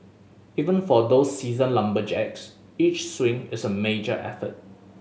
even for those seasoned lumberjacks each swing is a major effort